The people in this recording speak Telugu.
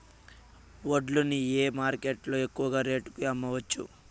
వడ్లు ని ఏ మార్కెట్ లో ఎక్కువగా రేటు కి అమ్మవచ్చు?